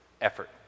effort